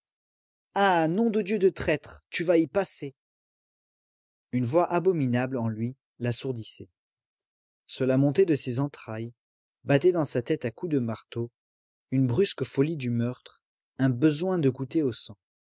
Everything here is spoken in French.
ah nom de dieu de traître tu vas y passer une voix abominable en lui l'assourdissait cela montait de ses entrailles battait dans sa tête à coups de marteau une brusque folie du meurtre un besoin de goûter au sang